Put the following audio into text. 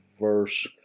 verse